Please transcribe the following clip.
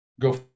Go